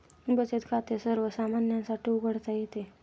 बचत खाते सर्वसामान्यांसाठी उघडता येते